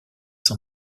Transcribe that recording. son